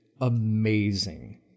amazing